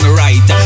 right